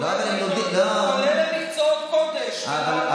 כולל במקצועות קודש והוראה.